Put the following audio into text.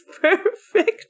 perfect